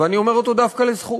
ואני אומר אותו דווקא לזכות.